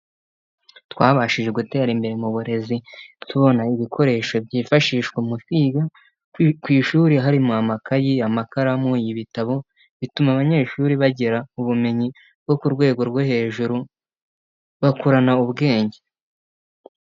Twabashije gutera imbere mu burezi, tubona ibikoresho byifashishwa mu kwiga. Ku ishuri harimo: amakayi, amakaramu, ibitabo bituma abanyeshuri bagira ubumenyi bwo ku rwego rwo hejuru, bakurana ubwenge.